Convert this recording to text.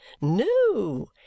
no